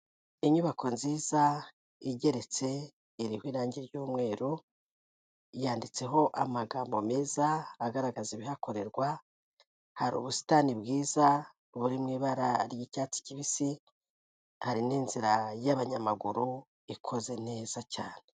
Inyubako nziza igeretse, iriho irangi ry'umweru, yanditseho amagambo meza agaragaza ibihakorerwa, hari ubusitani bwiza buri mu ibara ry'icyatsi kibisi, hari n'inzira y'abanyamaguru ikoze neza cyane.